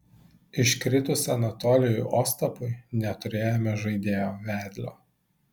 iškritus anatolijui ostapui neturėjome žaidėjo vedlio